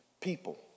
people